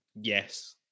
Yes